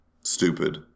stupid